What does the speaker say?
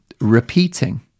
repeating